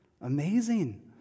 Amazing